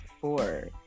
four